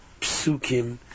Psukim